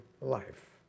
life